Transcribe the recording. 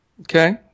Okay